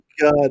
god